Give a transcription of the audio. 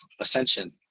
ascension